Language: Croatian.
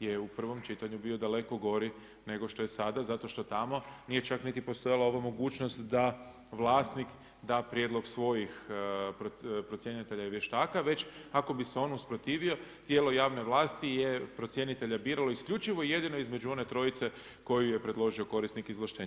je u prvom čitanju bio daleko gori nego što je sada zato što tamo nije čak niti postojala ova mogućnost da vlasnik da prijedlog svojih procjenitelja i vještaka već ako bi se on usprotivio, tijelo javne vlasti je procjenitelja biralo isključivo i jedino između one trojice koje je predložio korisnik izvlaštenja.